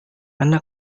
anak